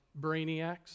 brainiacs